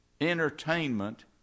entertainment